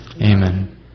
Amen